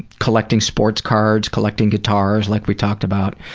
collecting sports cards, collecting guitars like we talked about.